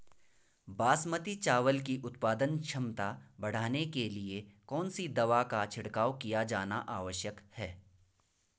बासमती चावल की उत्पादन क्षमता बढ़ाने के लिए कौन सी दवा का छिड़काव किया जाना आवश्यक है?